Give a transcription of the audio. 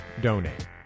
donate